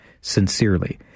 sincerely